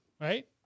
right